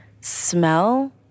smell